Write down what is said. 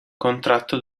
contratto